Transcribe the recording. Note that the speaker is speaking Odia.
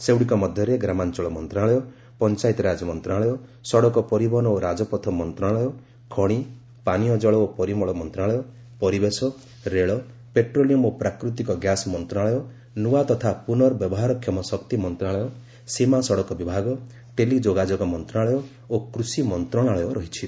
ସେଗୁଡ଼ିକ ମଧ୍ୟରେ ଗ୍ରାମାଞ୍ଚଳ ମନ୍ତ୍ରଣାଳୟ ପଞ୍ଚାୟତିରାଜ ମନ୍ତ୍ରଣାଳୟ ସଡ଼କ ପରିବହନ ଓ ରାଜପଥ ମନ୍ତ୍ରଣାଳୟ ଖଣି ମନ୍ତ୍ରଣାଳୟ ପାନୀୟଜଳ ଓ ପରିମଳ ମନ୍ତ୍ରଣାଳୟ ପରିବେଶ ମନ୍ତ୍ରଣାଳୟ ରେଳ ପେଟ୍ରୋଲିୟମ ଓ ପ୍ରାକୃତିକ ଗ୍ୟାସ୍ ମନ୍ତ୍ରଣାଳୟ ନୂଆ ତଥା ପୁର୍ନବ୍ୟବହାରକ୍ଷମ ଶକ୍ତି ମନ୍ତ୍ରଣାଳୟ ସୀମା ସଡ଼କ ବିଭାଗ ଟେଲିଯୋଗାଯୋଗ ମନ୍ତ୍ରଣାଳୟ ଓ କୃଷି ମନ୍ତ୍ରଶାଳୟ ରହିଛି